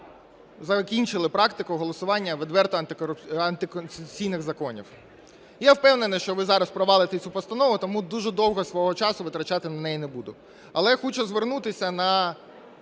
закінчили практику голосування відверто антиконституційних законів. Я впевнений, що ви зараз провалите цю постанову, тому дуже довго свого часу витрачати на неї не буду. Але я хочу звернутися на